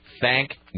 thank